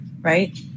right